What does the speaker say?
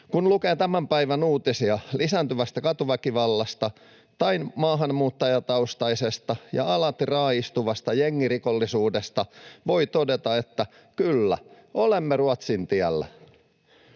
Kun lukee tämän päivän uutisia lisääntyvästä katuväkivallasta tai maahanmuuttajataustaisesta ja alati raaistuvasta jengirikollisuudesta, voi todeta, että kyllä, olemme Ruotsin tiellä.